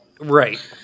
Right